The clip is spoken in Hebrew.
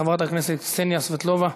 חברת הכנסת קסניה סבטלובה,